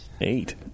Eight